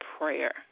prayer